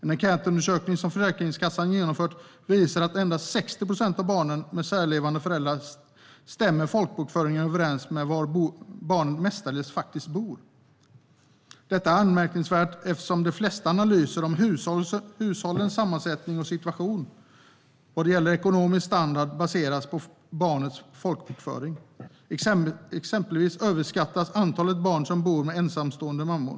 En enkätundersökning som Försäkringskassan genomfört visar att för endast 60 procent av barnen med särlevande föräldrar stämmer folkbokföringen överens med var barnet mestadels faktiskt bor. Detta är anmärkningsvärt, eftersom de flesta analyser om hushållens sammansättning och situation vad gäller ekonomisk standard baseras på barnets folkbokföring. Exempelvis överskattas antalet barn som bor med ensamstående mammor.